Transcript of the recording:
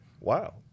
wow